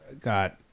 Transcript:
got